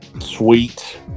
Sweet